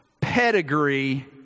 pedigree